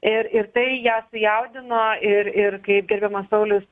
ir ir tai ją sujaudino ir ir kaip gerbiamas saulius